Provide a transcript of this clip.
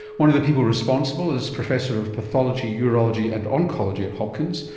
one of the people responsible is professor of pathology, urology and oncology at hopkins,